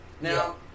now